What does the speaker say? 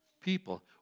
people